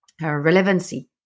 relevancy